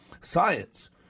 Science